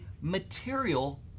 material